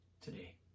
today